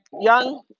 young